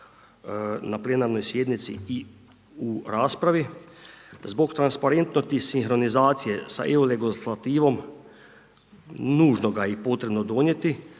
na plenarnoj sjednici i u raspravi. Zbog transparentnosti sinkronizacije sa EU legislativom, nužno ga je i potrebno donijeti,